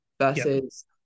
versus